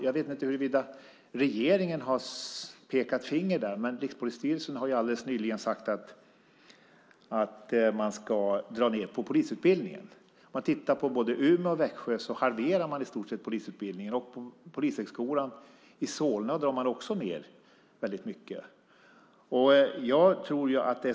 Jag vet inte huruvida regeringen har pekat finger, men Rikspolisstyrelsen har alldeles nyligen sagt att man ska dra ned på polisutbildningen. I både Umeå och Växjö halverar man i stort sett polisutbildningen. Man drar också ned mycket på polishögskolan i Solna.